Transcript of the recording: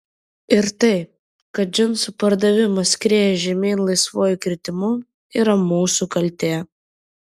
ir tai kad džinsų pardavimas skrieja žemyn laisvuoju kritimu yra mūsų kaltė